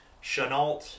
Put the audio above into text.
Chenault